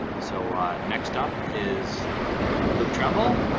so next up is luke trumble,